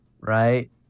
right